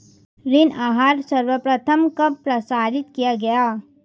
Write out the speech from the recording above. ऋण आहार सर्वप्रथम कब प्रसारित किया गया?